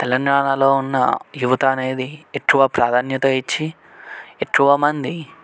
తెలంగాణాలో ఉన్న యువత అనేది ఎక్కువ ప్రాధాన్యత ఇచ్చి ఎక్కువ మంది